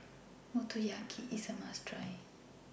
Motoyaki IS A must Try